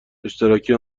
اشتراکی